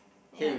ya